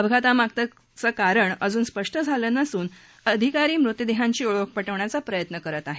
अपघातामागचं कारण अजून स्पष्ट झालं नसून अधिकारी मृतदेहांची ओळख पटवण्याचा प्रयत्न करत आहेत